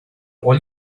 all